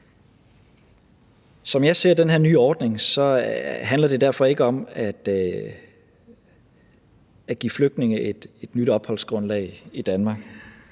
Som jeg ser den her nye ordning, handler det derfor ikke om at give flygtninge et nyt opholdsgrundlag i Danmark.